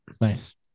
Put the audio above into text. Nice